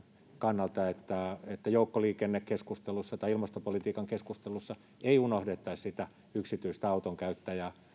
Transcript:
kannalta että että joukkoliikennekeskustelussa tai ilmastopolitiikan keskustelussa ei unohdettaisi sitä yksityistä autonkäyttäjää